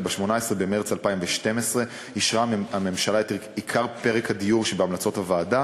וב-18 במארס 2012 אישרה הממשלה את עיקר פרק הדיור שבהמלצות הוועדה.